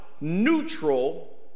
neutral